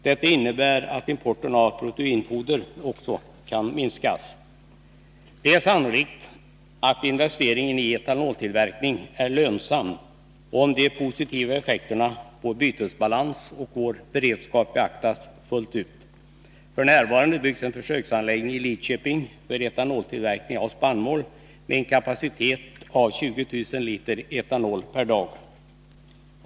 Detta innebär att importen av proteinfoder också kan minskas. Det är sannolikt att en investering i etanoltillverkning är lönsam om de positiva effekterna på bytesbalans och vår beredskap beaktas fullt ut. F. n. byggs en försöksanläggning i Lidköping för etanoltillverkning av spannmål med en kapacitet av 20 000 I etanol per dag.